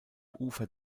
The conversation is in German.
ufer